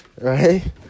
Right